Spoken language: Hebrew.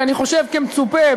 אני חושב כמצופה,